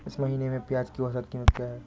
इस महीने में प्याज की औसत कीमत क्या है?